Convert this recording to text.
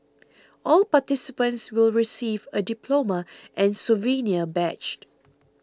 all participants will receive a diploma and souvenir badge